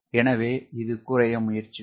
எனவே இது குறைய முயற்சிக்கும்